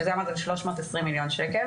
שזה עמד על 320 מיליון שקל.